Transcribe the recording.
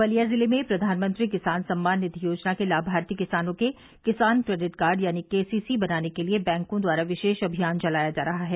बलिया जिले में प्रधानमंत्री किसान सम्मान निधि योजना के लाभार्थी किसानों के किसान क्रेडिट कार्ड यानी केसीसी बनाने के लिए बैंकों द्वारा विशेष अभियान चलाया जा रहा है